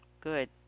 Good